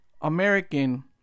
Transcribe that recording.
American